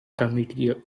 committee